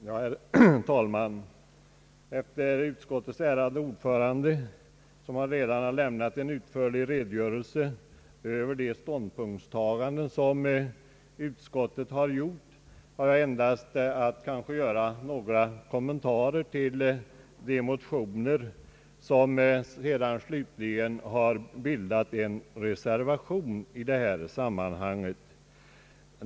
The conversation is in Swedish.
Herr talman! Efter utskottets ärade ordförande, som redan har lämnat en utförlig redogörelse över de ståndpunktstaganden som utskottet har gjort, har jag endast att göra några kommentarer till de motioner som sedan slutligen har bildat underlag för en reservation.